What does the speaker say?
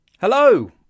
Hello